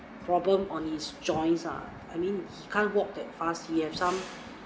problem on his joints ah I mean he can't walk that fast he have some